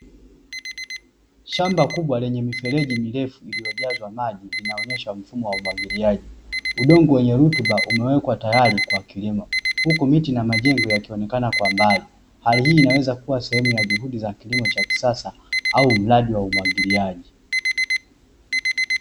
Shamba kubwa lenye mifereji mirefu iliyojazwa maji linaonyesha mfumo wa umwagiliaji, udongo wenye rutuba umewekwa tayari kwa kilimo, huku miti na majengo yakionekana kwa mbali, hali hii inaweza kuwa sehemu ya juhudi za kilimo cha kisasa, au mradi wa umwagiliaji.